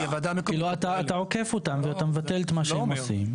אתה עוקף אותם ומבטל מה שהם עושים.